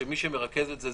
ומי שמרכז את זה,